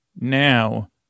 Now